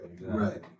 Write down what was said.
Right